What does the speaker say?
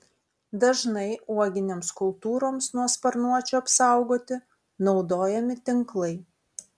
dažnai uoginėms kultūroms nuo sparnuočių apsaugoti naudojami tinklai